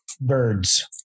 Birds